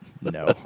No